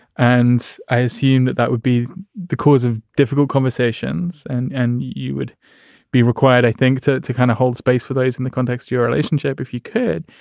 and i assume that that would be the cause of difficult conversations and and you would be required. i think it's a kind of hold space for those in the context, your relationship, if you could.